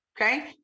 okay